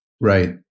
right